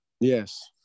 Yes